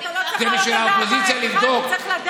אתה לא צריך להעלות על דעתך, אתה צריך לדעת.